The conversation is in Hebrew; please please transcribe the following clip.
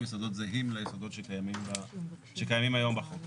יסודות זהים ליסודות שקיימים היום בחוק.